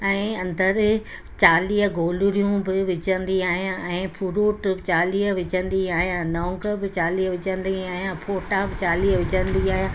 ऐं अंदरि चालीह गोलरियूं बि विझंदी आहियां ऐं फ्रूट चालीह विझंदी आहियां लौंग बि चालीह विझंदी आहियां फोटा बि चालीह विझंदी आहियां